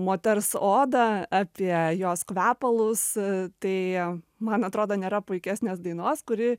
moters odą apie jos kvepalus tai man atrodo nėra puikesnės dainos kuri